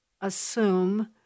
assume